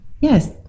yes